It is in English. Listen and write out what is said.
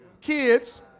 kids